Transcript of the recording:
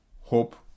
hope